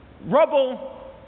rubble